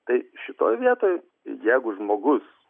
tai šitoje vietoj jeigu žmogus